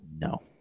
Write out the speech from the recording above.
No